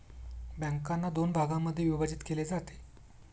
बँकांना दोन भागांमध्ये विभाजित केले जाते